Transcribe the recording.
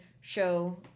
show